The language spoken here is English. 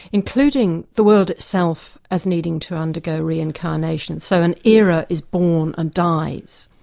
including the world itself as needing to undergo reincarnations. so an era is born and dies.